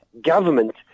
government